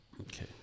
Okay